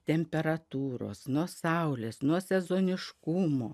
temperatūros nuo saulės nuo sezoniškumo